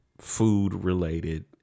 food-related